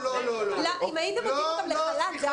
--- אם הייתם מוציאים אותן לחל"ת,